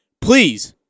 please